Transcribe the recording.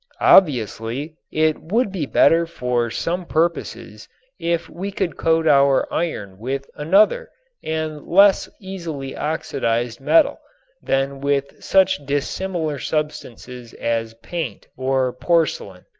obviously it would be better for some purposes if we could coat our iron with another and less easily oxidized metal than with such dissimilar substances as paint or porcelain.